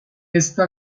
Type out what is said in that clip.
esta